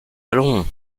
allons